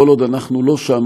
כל עוד אנחנו לא שם,